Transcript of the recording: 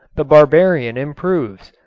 the barbarian improves.